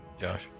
Josh